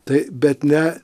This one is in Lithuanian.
tai bet ne